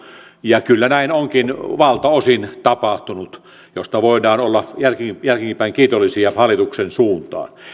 ja kyllä näin onkin valtaosin tapahtunut mistä voidaan olla jälkeenpäinkin kiitollisia hallituksen suuntaan